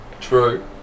True